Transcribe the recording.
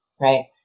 right